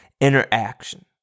interaction